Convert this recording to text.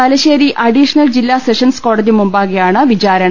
Thalassery additional ജില്ലാ sessions കോടതി മുൻപാകെയാണ് വിചാരണ